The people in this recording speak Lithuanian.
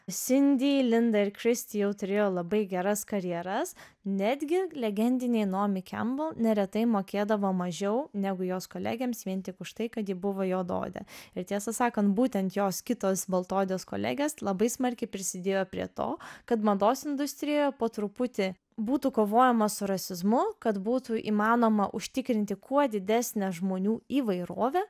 sindi linda ir kristi jau turėjo labai geras karjeras netgi legendinei naomi cambel neretai mokėdavo mažiau negu jos kolegėms vien tik už tai kad ji buvo juodaodė ir tiesą sakant būtent jos kitos baltaodės kolegės labai smarkiai prisidėjo prie to kad mados industrijoje po truputį būtų kovojama su rasizmu kad būtų įmanoma užtikrinti kuo didesnę žmonių įvairovę